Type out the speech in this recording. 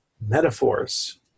metaphors